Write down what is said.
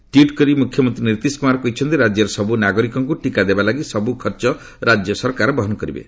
tweet କରି ମୁଖ୍ୟମନ୍ତ୍ରୀ ନୀତିଶ କୁମାର କହିଛନ୍ତି ରାଜ୍ୟର ସବୁ ନାଗରିକଙ୍କୁ ଟିକା ଦେବାଲାଗି ସବୁ ଖର୍ଚ୍ଚ ରାଜ୍ୟ ସରକାର ବହନ କରିବେ